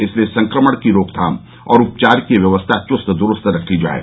इसलिये संक्रमण की रोकथाम और उपचार की व्यवस्था चुस्त दुरूस्त रखी जाये